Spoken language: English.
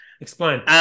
Explain